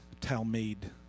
Talmud